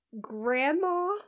grandma